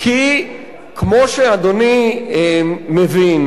כי כמו שאדוני מבין,